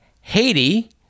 Haiti